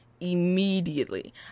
immediately